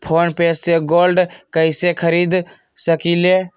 Phone पे से gold कईसे खरीद सकीले?